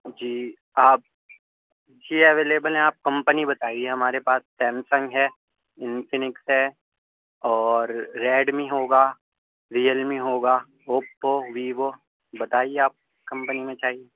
جی آپ جی اویلیبل ہیں آپ کمپنی بتائیے ہمارے پاس سیمسنگ ہے انفنکس ہے اور ریڈمی ہوگا ریلمی ہوگا اوپپو ویوو بتائیے آپ کمپنی میں چاہیے